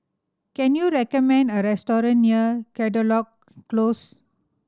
can you recommend a restaurant near Caldecott Close